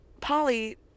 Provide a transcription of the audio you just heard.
Polly